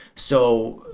so,